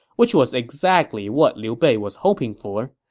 which was exactly what liu bei was hoping for.